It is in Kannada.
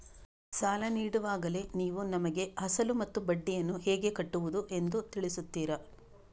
ಸಾಲ ನೀಡುವಾಗಲೇ ನೀವು ನಮಗೆ ಅಸಲು ಮತ್ತು ಬಡ್ಡಿಯನ್ನು ಹೇಗೆ ಕಟ್ಟುವುದು ಎಂದು ತಿಳಿಸುತ್ತೀರಾ?